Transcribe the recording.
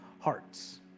hearts